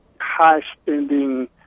high-spending